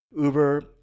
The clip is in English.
Uber